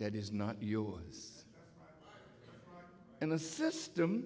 that is not yours and the system